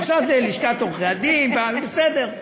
עכשיו זה לשכת עורכי-הדין, בסדר.